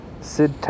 Sid